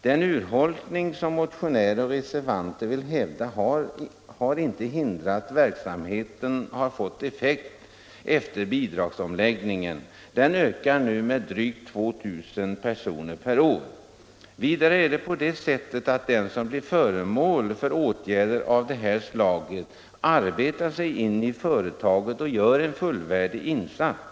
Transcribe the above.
Den urholkning som motionärer och reservanter vill påtala har inte hindrat att verksamheten efter bidragsomläggningen ökar med drygt 2000 personer per år. Vidare är det så att den som blir föremål för åtgärder av detta slag arbetar sig in i företaget och gör en fullvärdig insats.